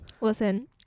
Listen